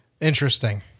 Interesting